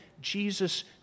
Jesus